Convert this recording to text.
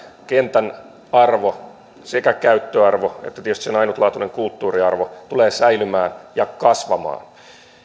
kentän arvo sekä käyttöarvo että tietysti sen ainutlaatuinen kulttuuriarvo tulee säilymään ja kasvamaan